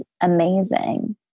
amazing